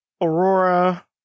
Aurora